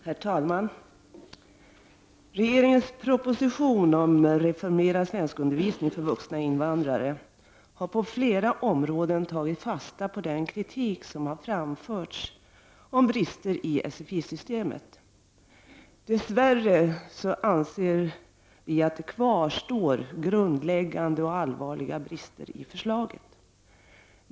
Herr talman! Regeringens proposition om reformerad svenskundervisning för vuxna invandrare har på flera områden tagit fasta på den kritik som har framförts om brister i sfi-systemet. Dess värre anser vi att grundläggande och allvarliga brister kvarstår i förslaget.